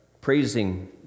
praising